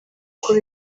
kuri